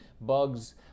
bugs